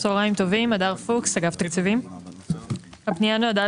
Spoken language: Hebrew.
264 עד 268. הפנייה נועדה